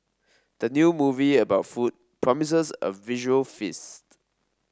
the new movie about food promises a visual feast